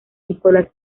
nicolas